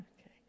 Okay